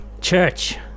Church